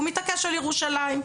הוא מתעקש על ירושלים,